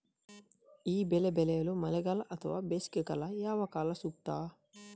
ಈ ಬೆಳೆ ಬೆಳೆಯಲು ಮಳೆಗಾಲ ಅಥವಾ ಬೇಸಿಗೆಕಾಲ ಯಾವ ಕಾಲ ಸೂಕ್ತ?